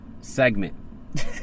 segment